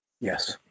Yes